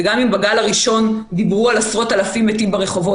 וגם אם בגל הראשון דיברו על עשרות אלפים מתים ברחובות,